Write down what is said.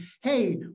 hey